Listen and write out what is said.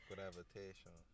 Gravitation